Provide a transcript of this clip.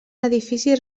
edifici